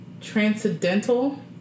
transcendental